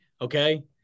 Okay